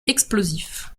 explosif